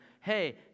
hey